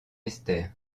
esther